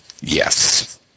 Yes